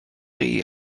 chi